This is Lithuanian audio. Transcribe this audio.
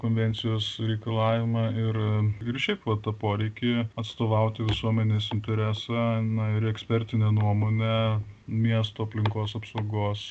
konvencijos reikalavimą ir ir šiaip vat tą poreikį atstovauti visuomenės interesą na ir ekspertinę nuomonę miesto aplinkos apsaugos